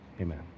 Amen